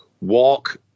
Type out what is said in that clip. walk